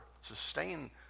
sustain